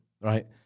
right